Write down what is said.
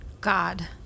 God